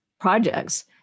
projects